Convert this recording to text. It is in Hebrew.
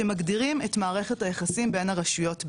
מגדירים את מערכת היחסים בין הרשויות בישראל.